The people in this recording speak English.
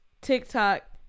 TikTok